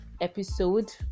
episode